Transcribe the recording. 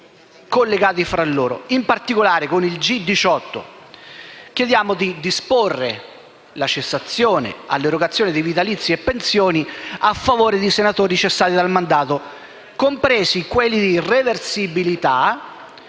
In particolare, con il G18 chiediamo di disporre la cessazione dell'erogazione di vitalizi e pensioni a favore dei senatori cessati dal mandato, ivi compresi quelli di reversibilità,